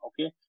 okay